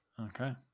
Okay